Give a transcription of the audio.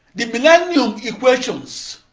the millennium equations